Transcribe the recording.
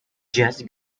just